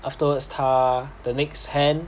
afterwards 他 the next hand